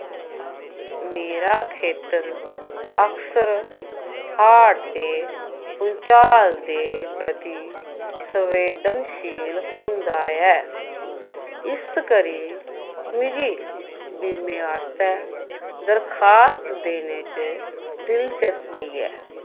मेरा खेतर अक्सर हाड़ ते भुंचाल दे प्रति संवेदनशील होंदा ऐ इस करी मिगी बीमे आस्तै दरखास्त देने च दिलचस्वी ऐ